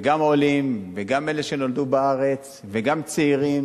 גם עולים וגם אלה שנולדו בארץ וגם צעירים